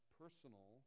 personal